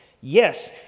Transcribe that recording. Yes